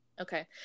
Okay